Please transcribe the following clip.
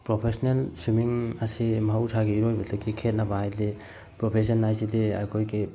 professional swimming ꯑꯁꯤ ꯃꯍꯧꯁꯥꯒꯤ ꯏꯔꯣꯏꯕꯗꯒꯤ ꯈꯦꯅꯕ ꯍꯥꯏꯕꯗꯤ ꯄ꯭ꯔꯣꯐꯦꯁꯟ ꯍꯥꯏꯁꯤꯗꯤ ꯑꯩꯈꯣꯏꯒꯤ